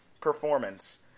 performance